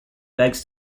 begins